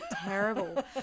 Terrible